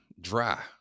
dry